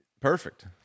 Perfect